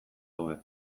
hobe